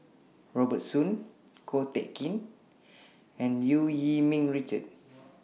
Robert Soon Ko Teck Kin and EU Yee Ming Richard